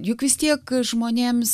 juk vis tiek žmonėms